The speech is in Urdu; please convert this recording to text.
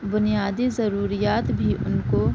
بنیادی ضروریات بھی ان کو